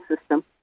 system